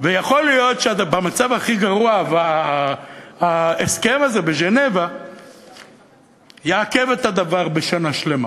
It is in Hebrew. ויכול להיות שבמצב הכי גרוע ההסכם הזה בז'נבה יעכב את הדבר בשנה שלמה.